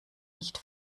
nicht